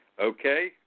Okay